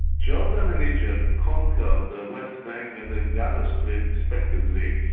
jordan and egypt conquered the west bank and the gaza strip respectively,